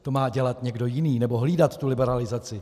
To má dělat někdo jiný, nebo hlídat liberalizaci.